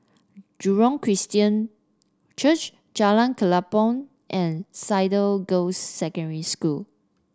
Jurong Christian Church Jalan Kelempong and Cedar Girls' Secondary School